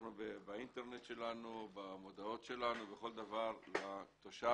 באתר האינטרנט שלנו, במודעות שלנו, בכל דבר לתושב